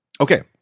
Okay